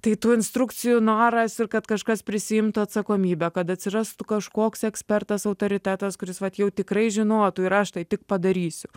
tai tų instrukcijų noras ir kad kažkas prisiimtų atsakomybę kad atsirastų kažkoks ekspertas autoritetas kuris vat jau tikrai žinotų ir aš tai tik padarysiu